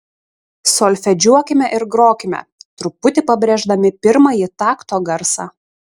solfedžiuokime ir grokime truputį pabrėždami pirmąjį takto garsą